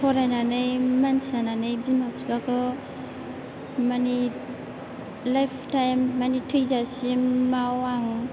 फरायनानै मानसि जानानै बिमा बिफाखौ माने लाइफ टाइम माने थैजासिमाव आं